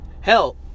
Hell